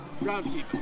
Groundskeeper